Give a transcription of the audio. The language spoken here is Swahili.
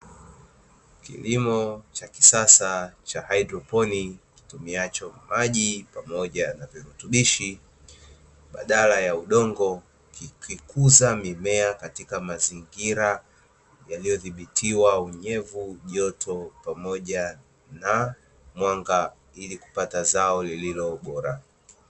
Kilimo cha kisasa cha haidroponi kitumiacho maji pamoja na virutubishi badala ya udongo kuikuza mimea katika mazingira yaliyo dhibitiwa unyevu, joto pamoja na mwanga ili kupata zao lilo bora.